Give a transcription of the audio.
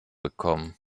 bekommen